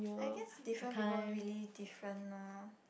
I guess different people really different lor